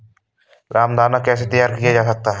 रामदाना कैसे तैयार किया जाता है?